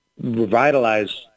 revitalize